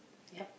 yep